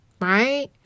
Right